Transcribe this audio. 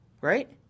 Right